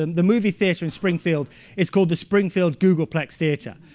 um the movie theater in springfield is called the springfield googolplex theatre.